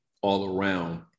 all-around